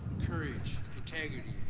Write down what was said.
courage, integrity,